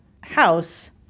house